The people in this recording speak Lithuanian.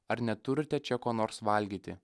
ar neturte čia ko nors valgyti